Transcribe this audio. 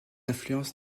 influence